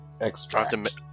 Extract